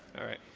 alright.